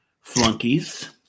flunkies